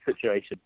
situation